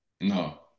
no